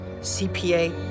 CPA